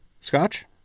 scotch